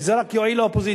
כי זה רק יועיל לאופוזיציה.